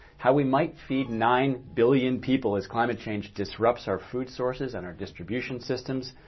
how we might feed nine billion people as climate change disrupts our food sources and our distribution systems.